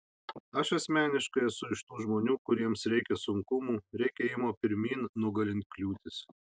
aš asmeniškai esu iš tų žmonių kuriems reikia sunkumų reikia ėjimo pirmyn nugalint kliūtis